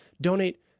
donate